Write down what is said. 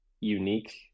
unique